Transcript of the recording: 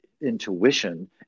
intuition